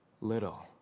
little